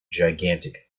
gigantic